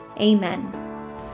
amen